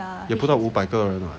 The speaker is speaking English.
也不到五百个人 [what]